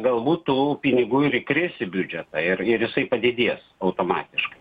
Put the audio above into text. galbūt tų pinigų ir įkris į biudžetą ir ir jisai padidės automatiškai